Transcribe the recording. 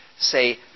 say